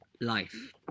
life